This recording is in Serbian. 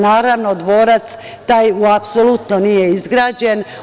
Naravno, dvorac nije apsolutno izgrađen.